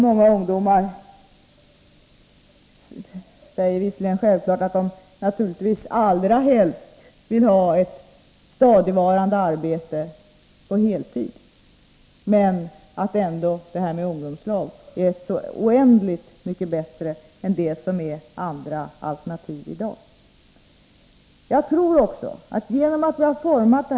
Många ungdomar säger naturligtvis att de allra helst vill ha ett stadigvarande arbete på heltid, men de säger att den här ungdomslagen ändå är oändligt mycket bättre än de alternativ som finns i dag.